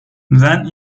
when